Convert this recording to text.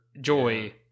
joy